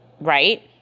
right